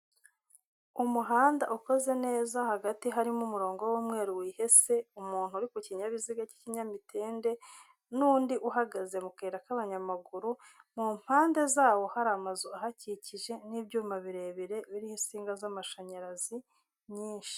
Umuhanda ukoze neza hagati harimo umurongo w'umweru wihese, umuntu uri ku kinyabiziga cy'ikinyamitende n'undi uhagaze mu kayira k'abanyamaguru mu mpande zawo hari amazu ahakikije n'ibyuma birebire biriho insinga z'amashanyarazi nyinshi.